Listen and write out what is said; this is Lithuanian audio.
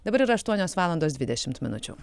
dabar yra aštuonios valandos dvidešimt minučių